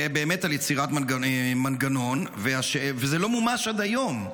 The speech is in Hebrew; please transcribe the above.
ועל יצירת מנגנון, וזה לא מומש עד היום.